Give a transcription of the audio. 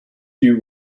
you